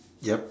yup